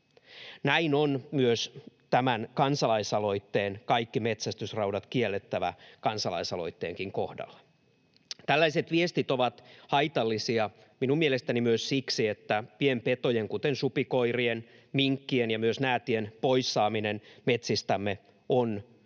Näin on myös tämän Kaikki metsästysraudat kiellettävä ‑kansalaisaloitteen kohdalla. Tällaiset viestit ovat haitallisia minun mielestäni myös siksi, että pienpetojen, kuten supikoirien, minkkien ja myös näätien, pois saaminen metsistämme on meidän